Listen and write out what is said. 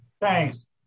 Thanks